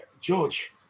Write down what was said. George